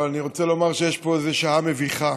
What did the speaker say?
אבל אני רוצה לומר שיש פה איזו שעה מביכה,